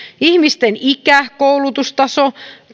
ihmisten ikä koulutustaso